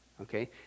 okay